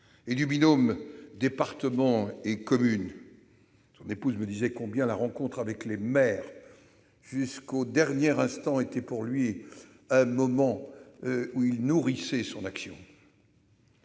du binôme département-communes. Son épouse me disait combien la rencontre avec les maires, jusqu'au dernier instant, était pour lui un moment où il nourrissait son action.